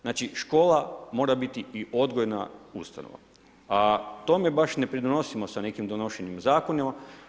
Znači škola mora biti i odgojna ustanova, a tome baš ne pridonosimo sa nekim donošenjem zakona.